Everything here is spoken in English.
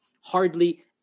Hardly